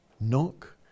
knock